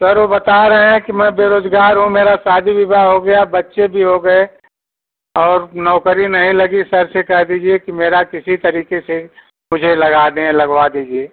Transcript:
sir वह बता रहे हैं कि मैं बेरोजगार हूँ मेरा शादी विवाह हो गया बच्चे भी हो गए और नौकरी नहीं लगी सर से कह दीजिए की मेरा किसी तरीके से मुझे लगा दें या लगवा दीजिए